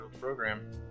program